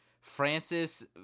Francis